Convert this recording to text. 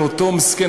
לאותו מסכן,